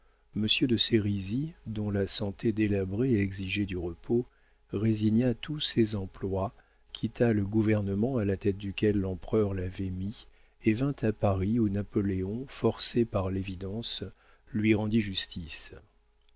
de sérisy dont la santé délabrée exigeait du repos résigna tous ses emplois quitta le gouvernement à la tête duquel l'empereur l'avait mis et vint à paris où napoléon forcé par l'évidence lui rendit justice